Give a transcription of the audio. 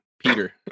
Peter